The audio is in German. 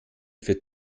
für